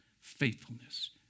faithfulness